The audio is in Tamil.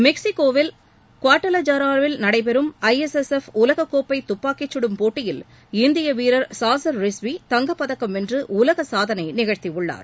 மெக்சிகோவில் குவாடலஜாரா நகரில் நடைபெறும் ஐ எஸ் எஸ் எப் உலகக்கோப்பை துப்பாக்கிச் கடும் போட்டியில் இந்திய வீரர் சாசர் ரிஸ்வி தங்கப்பதக்கம் வென்று உலக சாதனை நிகழ்த்தியுள்ளார்